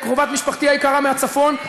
קרובת משפחתי היקרה מהצפון.